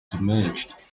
submerged